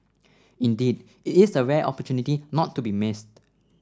indeed it is a rare opportunity not to be missed